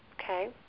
Okay